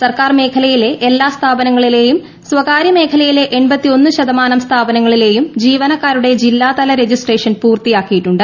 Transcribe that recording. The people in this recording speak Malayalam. സർക്കാർ മേഖലയിലെ എല്ലാ സ്ഥാപനങ്ങളിലേയും സ്വകാര്യ മേഖലയിലെ സ്ഥാപനങ്ങളിലേയും ജീവനക്കാരുടെ ജില്ലാതല രജിസ്ട്രേഷൻ പൂർത്തിയാക്കിയിട്ടുണ്ട്